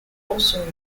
also